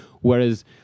Whereas